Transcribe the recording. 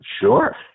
Sure